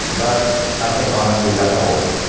but i think honestly that's a hope.